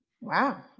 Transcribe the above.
Wow